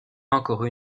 encore